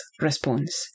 response